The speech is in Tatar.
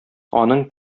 аның